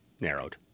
narrowed